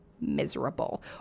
miserable